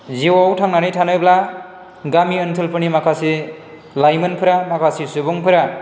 जिउवाव थांनानै थानोब्ला गामि ओनसोलफोरनि माखासे लाइमानफोरा माखासे सुबुंफोरा